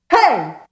HEY